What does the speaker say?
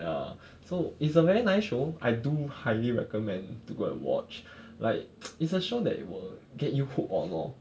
ya so it's a very nice show I do highly recommend to go and watch like it's a show that it will get you hook on lor